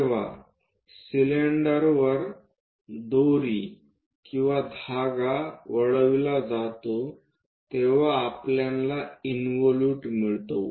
जेव्हा सिलिंडरवर दोरी किंवा धागा वळविला जातो तेव्हा आपल्याला इंवोलूट मिळते